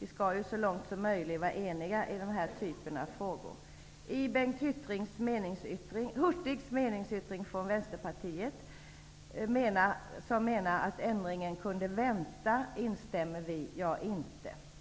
Vi skall ju så långt som möjligt vara eniga i den här typen av frågor. Bengt Hurtig från Vänsterpartiet anser i sin meningsyttring att ändringen kunde vänta. Det instämmer jag inte i.